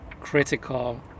critical